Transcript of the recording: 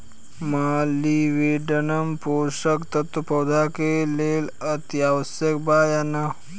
Molybdenum पोषक तत्व पौधा के लेल अतिआवश्यक बा या न?